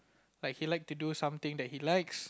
like he like to do something that he likes